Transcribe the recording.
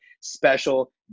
special